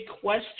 question